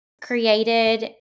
created